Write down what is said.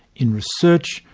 in research,